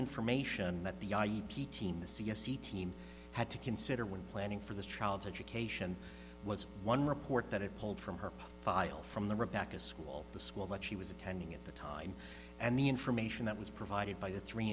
e team had to consider when planning for the child's education was one report that it pulled from her file from the rebecca school the school that she was attending at the time and the information that was provided by the three